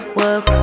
work